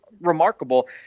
remarkable